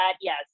yes